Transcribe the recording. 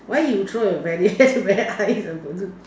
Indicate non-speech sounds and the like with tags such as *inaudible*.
why you throw *laughs* your teddy bear very high in the balloon